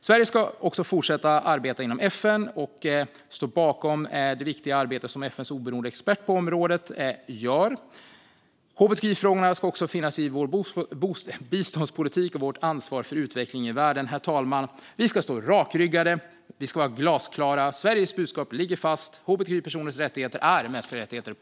Sverige ska även fortsätta arbeta inom FN och stå bakom det viktiga arbetet som FN:s oberoende expert på området gör. Hbtqi-frågorna ska vidare finnas med i vår biståndspolitik och vårt arbete för utveckling i världen. Herr talman! Vi ska stå rakryggade, och vi ska vara glasklara. Sveriges budskap ligger fast: Hbtqi-personers rättigheter är mänskliga rättigheter. Punkt!